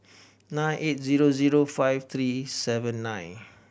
nine eight zero zero five three seven nine